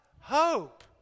Hope